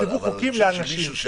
תכתבו חוקים לאנשים.